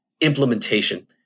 implementation